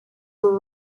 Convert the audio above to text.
were